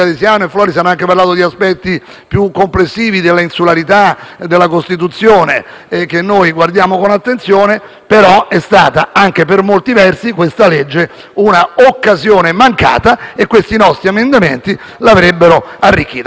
più comprensivi della insularità e della Costituzione, ai quali noi guardiamo con attenzione - però per molti versi, questa legge è anche un'occasione mancata e questi nostri emendamenti l'avrebbero arricchita. Quindi, pur rimanendo favorevoli all'articolo